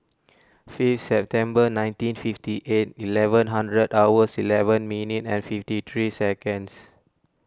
fifth September nineteen fifty eight eleven hundred hours eleven minute and fifty three seconds